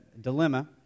dilemma